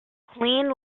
clean